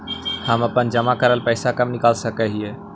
हम अपन जमा करल पैसा कब निकाल सक हिय?